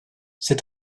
c’est